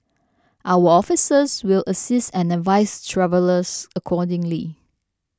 our officers will assist and advise travellers accordingly